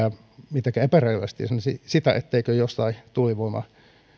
mitenkään epärealistisena sitä etteikö jostain tuulivoimatuotannosta